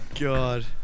god